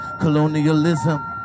Colonialism